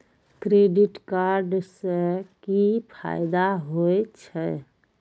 Credit card से कि फायदा होय छे?